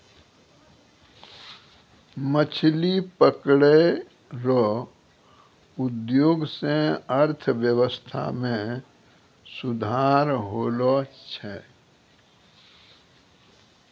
मछली पकड़ै रो उद्योग से अर्थव्यबस्था मे सुधार होलो छै